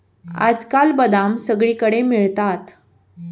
आजकाल बदाम सगळीकडे मिळतात